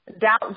Doubt